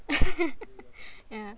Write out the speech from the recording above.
yeah